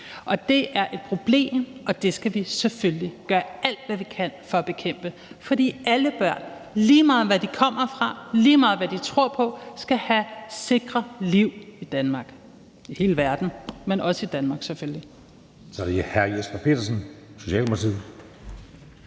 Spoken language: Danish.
Det er et problem, og det skal vi selvfølgelig gøre alt, hvad vi kan for at bekæmpe, for alle børn, lige meget hvor de kommer fra, og lige meget hvad de tror på, skal have sikre liv i Danmark – det skal de i hele verden, men selvfølgelig